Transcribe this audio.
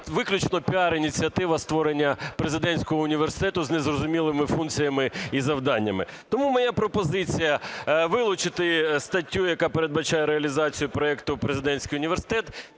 виключно піар-ініціатива створення президентського університету з незрозумілими функціями і завданнями. Тому моя пропозиція вилучити статтю, яка передбачає реалізацію проекту "Президентський університет".